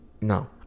No